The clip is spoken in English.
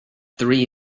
three